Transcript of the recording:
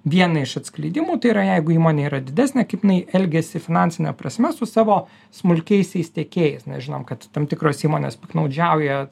vieną iš atskleidimų tai yra jeigu įmonė yra didesnė kaip jinai elgiasi finansine prasme su savo smulkiaisiais tiekėjais nes žinom kad tam tikros įmonės piktnaudžiauja